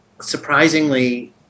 Surprisingly